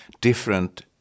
different